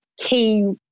key